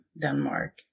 Denmark